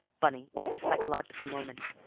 bunny, it's the psychological moment.